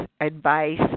advice